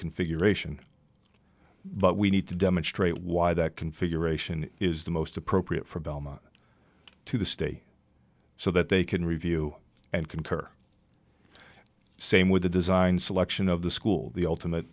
configuration but we need to demonstrate why that configuration is the most appropriate for belmont to the state so that they can review and concur same with the design selection of the school the ultimate